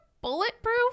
bulletproof